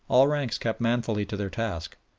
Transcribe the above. all ranks kept manfully to their task,